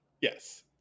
Yes